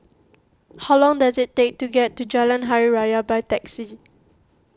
how long does it take to get to Jalan Hari Raya by taxi